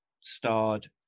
starred